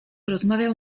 rozmawiał